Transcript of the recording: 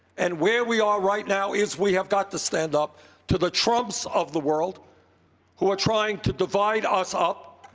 and where we are right now is we have got to stand up to the trumps of the world who are trying to divide us up.